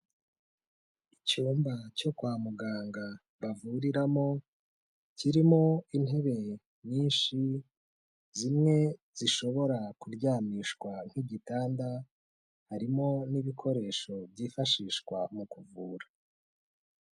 Icyumba cyo kwa muganga bavuriramo, kirimo intebe nyinshi zimwe zishobora kuryamishwa nk'igitanda, harimo n'ibikoresho byifashishwa mu kuvura.